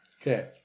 Okay